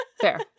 fair